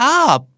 up